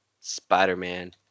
Spider-Man